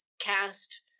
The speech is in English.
cast